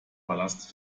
palast